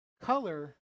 color